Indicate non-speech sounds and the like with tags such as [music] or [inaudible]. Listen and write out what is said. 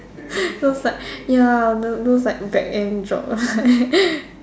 [laughs] those like ya those those like back end job [laughs]